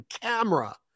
camera